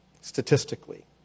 statistically